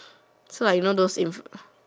so like you know those in